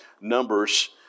Numbers